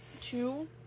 two